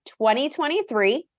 2023